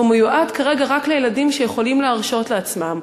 והוא מיועד כרגע רק לילדים שיכולים להרשות לעצמם.